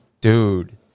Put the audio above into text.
Dude